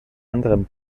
anderen